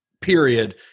period